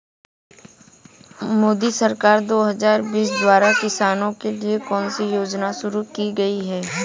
मोदी सरकार दो हज़ार बीस द्वारा किसानों के लिए कौन सी योजनाएं शुरू की गई हैं?